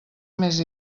més